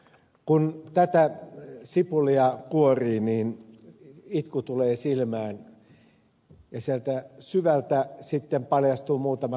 kun tätä sipulia kuorii niin itku tulee silmään ja sieltä syvältä sitten paljastuu muutama tosiseikka